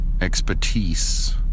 expertise